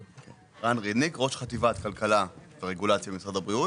ראש חטיבת כלכלה ורגולציה במשרד הבריאות.